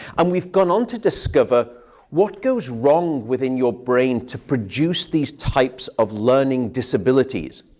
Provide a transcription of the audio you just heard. and we've gone on to discover what goes wrong within your brain to produce these types of learning disabilities.